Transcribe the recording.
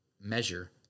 measure